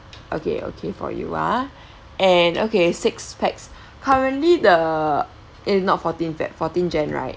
okay okay for you ah and okay six pax currently the it's not fourteen feb fourteen jan right